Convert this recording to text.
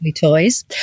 toys